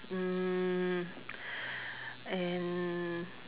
mm and